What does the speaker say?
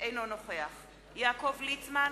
אינו נוכח יעקב ליצמן,